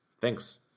thanks